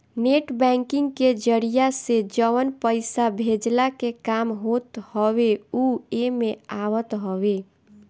net banking के जरिया से जवन पईसा भेजला के काम होत हवे उ एमे आवत हवे